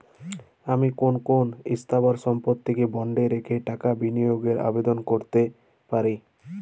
আমি কোন কোন স্থাবর সম্পত্তিকে বন্ডে রেখে টাকা বিনিয়োগের আবেদন করতে পারি?